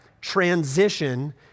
transition